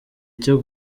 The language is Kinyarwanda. cyo